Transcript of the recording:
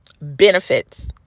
benefits